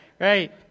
right